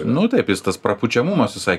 nu taip jis tas prapučiamas visai